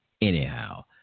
anyhow